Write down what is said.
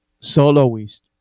soloist